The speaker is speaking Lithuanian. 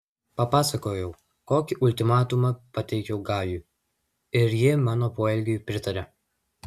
papasakojau kokį ultimatumą pateikiau gajui ir ji mano poelgiui pritarė